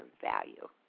value